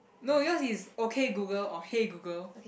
no yours is okay Google or hey Google